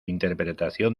interpretación